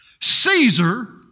Caesar